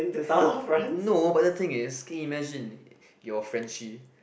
no but the thing is can you imagine you're Frenchie